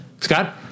Scott